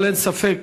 אבל אין ספק